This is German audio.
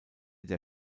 der